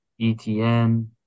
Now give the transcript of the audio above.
ETN